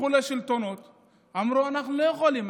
הלכו לשלטונות ואמרו: אנחנו לא יכולים,